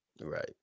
Right